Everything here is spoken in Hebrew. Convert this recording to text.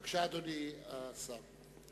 בבקשה, אדוני סגן השר.